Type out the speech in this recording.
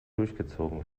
durchgezogen